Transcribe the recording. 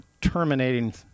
terminating